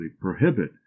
prohibit